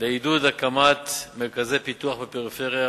לעידוד הקדמת מרכזי פיתוח בפריפריה.